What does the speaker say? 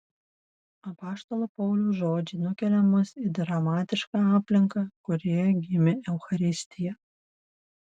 apaštalo pauliaus žodžiai nukelia mus į dramatišką aplinką kurioje gimė eucharistija